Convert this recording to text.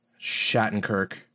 Shattenkirk